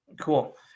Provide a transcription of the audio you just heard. Cool